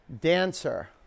Dancer